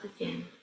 again